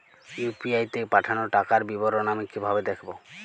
UPI তে পাঠানো টাকার বিবরণ আমি কিভাবে দেখবো?